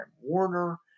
Warner